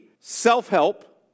Self-help